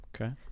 Okay